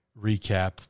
recap